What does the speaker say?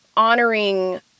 honoring